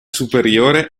superiore